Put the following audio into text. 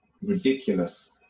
ridiculous